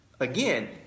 Again